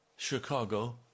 Chicago